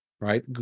Right